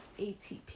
ATP